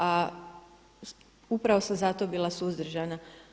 A upravo sam zato bila suzdržana.